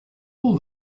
all